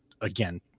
again